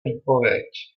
výpověď